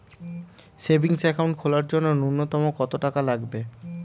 Savings account খোলার জন্য নূন্যতম কত টাকা লাগবে?